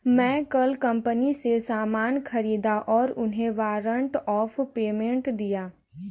मैं कल कंपनी से सामान ख़रीदा और उन्हें वारंट ऑफ़ पेमेंट दिया